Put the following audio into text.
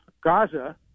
Gaza